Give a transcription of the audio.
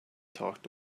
talked